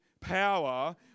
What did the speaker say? power